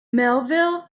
melville